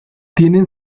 tienen